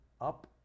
up